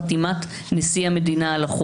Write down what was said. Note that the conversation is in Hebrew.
"וזאת בכפוף לאישור 90 חברי כנסת".